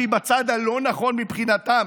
שהיא בצד הלא-נכון מבחינתם,